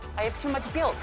i have too much guilt